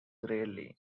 rarely